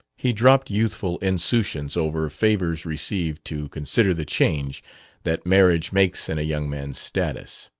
he dropped youthful insouciance over favors received to consider the change that marriage makes in a young man's status.